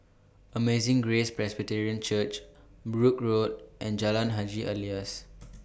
Amazing Grace Presbyterian Church Brooke Road and Jalan Haji Alias